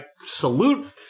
salute